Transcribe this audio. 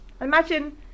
Imagine